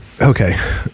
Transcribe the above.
okay